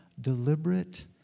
deliberate